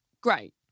great